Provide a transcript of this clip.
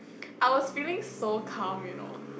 I was feeling so calm you know